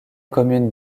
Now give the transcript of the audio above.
commune